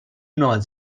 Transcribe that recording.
nuova